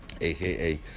aka